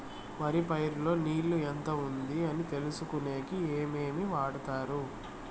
వరి పైరు లో నీళ్లు ఎంత ఉంది అని తెలుసుకునేకి ఏమేమి వాడతారు?